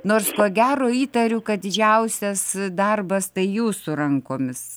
nors ko gero įtariu kad didžiausias darbas tai jūsų rankomis